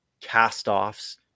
cast-offs